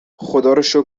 خداروشکر